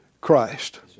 Christ